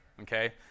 okay